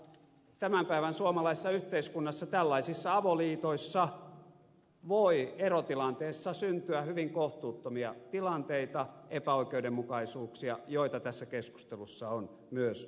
tämän päivän suomalaisessa yhteiskunnassa tällaisissa avoliitoissa voi erotilanteissa syntyä hyvin kohtuuttomia tilanteita epäoikeudenmukaisuuksia joita tässä keskustelussa on myös tuotu esiin